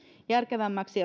järkevämmäksi